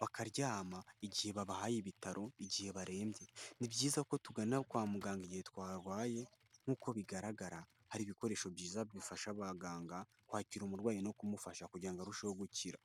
bakaryama igihe babahaye ibitaro, igihe barembye. Ni byiza ko tugana kwa muganga igihe twarwaye, nk'uko bigaragara hari ibikoresho byiza bifasha abaganga, kwakira umurwayi no kumufasha kugira ngo arusheho gukira.